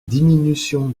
diminution